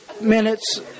minutes